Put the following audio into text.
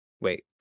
Wait